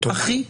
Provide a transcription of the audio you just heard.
הכי,